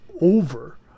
over